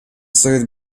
совет